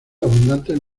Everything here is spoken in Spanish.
abundantes